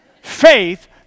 faith